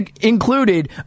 included